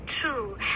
true